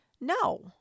No